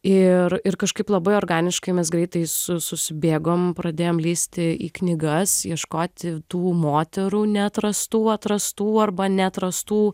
ir ir kažkaip labai organiškai mes greitai susibėgom pradėjom lįsti į knygas ieškoti tų moterų neatrastų atrastų arba neatrastų